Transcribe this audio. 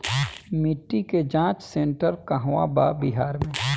मिटी के जाच सेन्टर कहवा बा बिहार में?